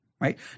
right